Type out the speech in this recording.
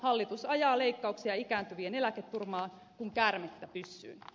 hallitus ajaa leikkauksia ikääntyvien eläketurvaan kuin käärmettä pyssyyn